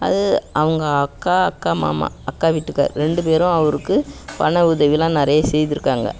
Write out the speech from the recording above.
அது அவங்க அக்கா அக்கா மாமா அக்கா வீட்டுக்காரர் ரெண்டு பேரும் அவருக்கு பண உதவிலாம் நிறையா செய்திருக்காங்க